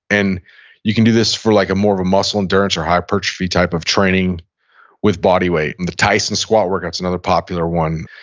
and you can do this for like a more of a muscle endurance or high perch speed type of training with body weight. and the tyson squat workout is another popular one.